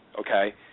okay